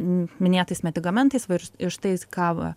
minėtais medikamentais varžtais ką